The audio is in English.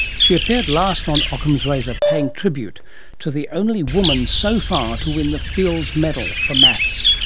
she appeared last on ockham's razor paying tribute to the only woman so far to win the fields medal for maths,